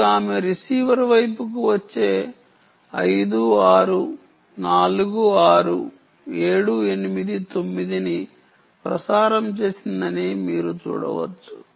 మరియు ఆమె రిసీవర్ వైపుకు వచ్చే 5 6 4 6 7 8 9 ను ప్రసారం చేసిందని మీరు చూడవచ్చు